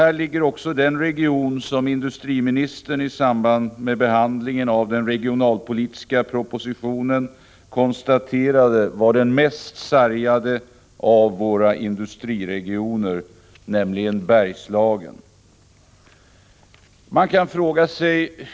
Här ligger också den region som industriministern i samband med behandlingen av den regionalpolitiska propositionen konstaterade var den mest sargade av våra industriregioner, nämligen Bergslagen.